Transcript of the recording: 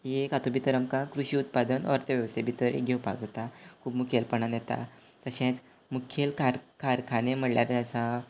ही एक हातूंत भितर आमकां कृशी उत्पादन अर्थवेवस्थे भितर घेवपा जाता खूब मुखेलपणान येता तशेंच मुखेल कार कारखाने म्हळ्ळ्यार आसा